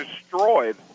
destroyed